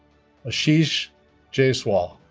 ashish jaiswal